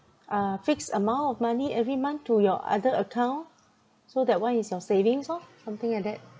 uh fixed amount of money every month to your other account so that one is your savings orh something like that